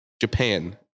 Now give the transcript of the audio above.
Japan